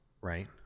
right